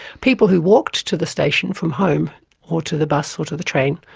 people who walked to the station from home or to the bus or to the train,